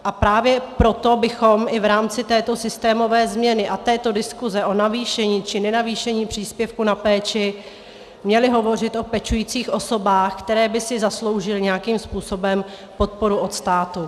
A právě proto bychom i v rámci této systémové změny a této diskuze o navýšení či nenavýšení příspěvku na péči měli hovořit o pečujících osobách, které by si zasloužily nějakých způsobem podporu od státu.